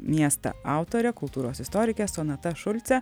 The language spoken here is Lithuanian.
miestą autorė kultūros istorikė sonata šulcė